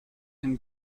him